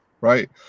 right